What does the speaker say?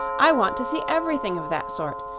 i want to see everything of that sort.